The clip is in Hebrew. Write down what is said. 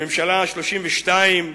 הממשלה ה-32,